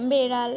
বেড়াল